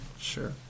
Sure